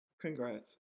congrats